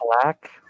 Black